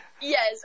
Yes